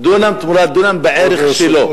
דונם תמורת דונם, בערך שלו.